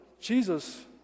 Jesus